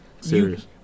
Serious